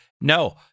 no